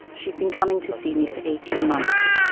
she has been coming to see me for eighteen months.